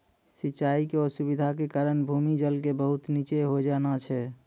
सिचाई के असुविधा के कारण भूमि जल के बहुत नीचॅ होय जाना छै